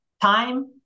time